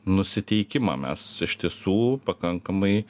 nusiteikimą mes iš tiesų pakankamai